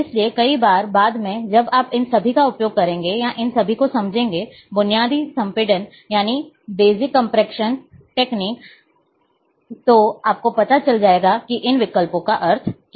इसलिए कई बार बाद में जब आप इन सभी का उपयोग करेंगे या इन सभी को समझेंगे बुनियादी संपीड़न तकनीक तो आपको पता चल जाएगा कि उन विकल्पों का अर्थ क्या है